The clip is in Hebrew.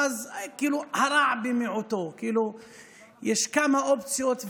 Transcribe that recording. אז הוא "הרע במיעוטו"; יש כמה אופציות,